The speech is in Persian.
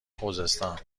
خوزستان